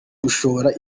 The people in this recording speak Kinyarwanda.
gushora